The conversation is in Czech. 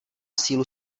sílu